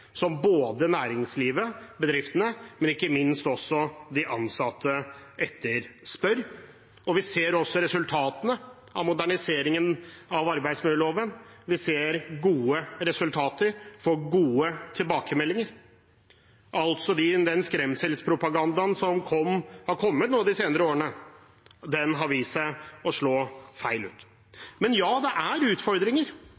noe både næringslivet, bedriftene og ikke minst de ansatte etterspør. Vi ser også resultatene av moderniseringen av arbeidsmiljøloven. Vi ser gode resultater, får gode tilbakemeldinger. Altså har den skremselspropagandaen som har kommet nå de senere årene, vist seg å slå feil.